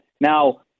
Now